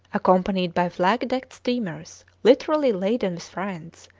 accompanied by flag-decked steamers literally laden with friends,